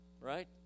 right